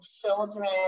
children